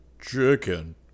Chicken